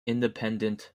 independent